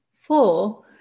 Four